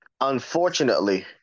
Unfortunately